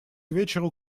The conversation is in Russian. вечеру